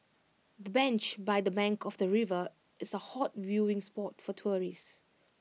the bench by the bank of the river is A hot viewing spot for tourists